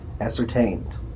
ascertained